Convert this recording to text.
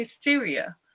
hysteria